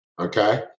Okay